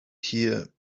here